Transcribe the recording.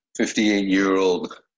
58-year-old